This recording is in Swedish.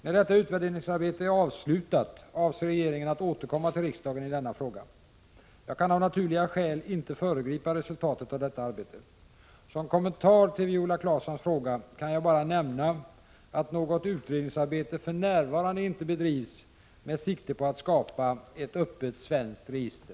När detta utvärderingsarbete är avslutat avser regeringen att återkomma till riksdagen i denna fråga. Jag kan av naturliga skäl inte föregripa resultatet av detta arbete. Som kommentar till Viola Claessons fråga kan jag bara nämna att något utredningsarbete för närvarande inte bedrivs med sikte på att skapa ett öppet svenskt register.